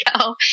go